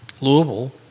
Louisville